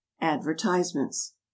Advertisements